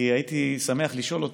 כי הייתי שמח לשאול אותו.